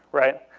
right?